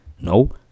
No